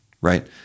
right